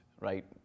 right